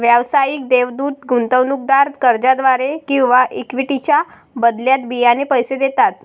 व्यावसायिक देवदूत गुंतवणूकदार कर्जाद्वारे किंवा इक्विटीच्या बदल्यात बियाणे पैसे देतात